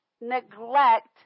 neglect